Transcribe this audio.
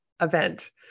event